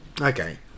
okay